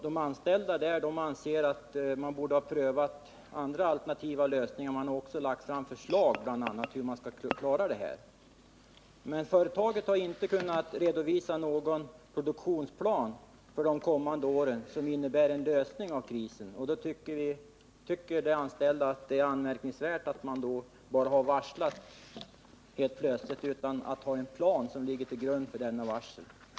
De anställda där anser att andra alternativa lösningar först borde ha prövats, och de har bl.a. lagt fram förslag om hur man skulle kunna klara av problemen. Företaget har inte kunnat redovisa någon produktionsplan för de kommande åren som innebär en lösning av krisen. De anställda tycker det är anmärkningsvärt att företaget helt plötsligt har varslat dem om uppsägning utan att ha någon plan som ligger till grund för varslen.